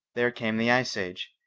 there came the ice age,